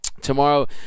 tomorrow